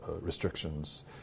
restrictions